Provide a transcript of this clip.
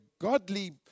godly